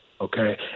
okay